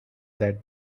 that